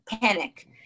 Panic